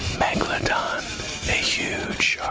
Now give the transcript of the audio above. megalodon. a huge